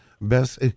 best